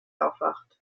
aufwacht